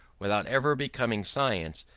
without ever becoming science,